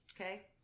Okay